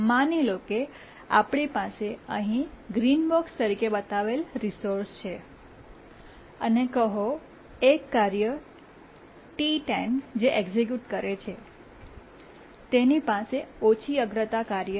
માની લો કે આપણી પાસે અહીં ગ્રીન બોક્સ તરીકે બતાવેલ રિસોર્સ છે અને કહો એક કાર્ય T10 જે એક્સિક્યૂટ કરે છે તેની પાસે ઓછી અગ્રતા કાર્ય છે